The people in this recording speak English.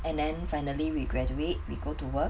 and then finally we graduate we go to work